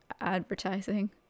advertising